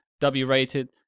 W-rated